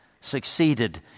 succeeded